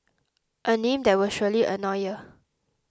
a name that will surely annoy ya